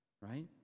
right